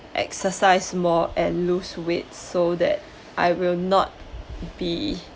exercise more and lose weight so that I will not be